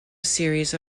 series